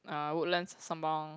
uh Woodlands Sembawang